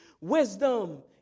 Wisdom